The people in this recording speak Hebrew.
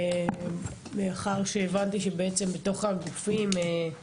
מאחר שהבנתי שבעצם בתוך הגופים משטרה,